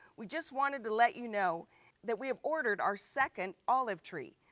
we just wanted to let you know that we have ordered our second olive tree,